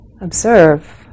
observe